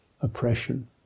oppression